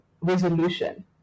resolution